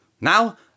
Now